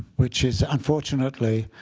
which is unfortunately